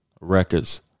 records